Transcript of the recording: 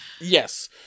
Yes